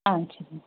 ஆ சரி